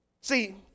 See